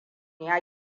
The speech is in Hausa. ya